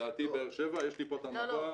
לדעתי באר שבע, יש לי פה את המפה.